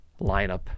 lineup